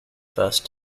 first